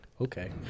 Okay